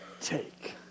Take